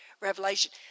revelation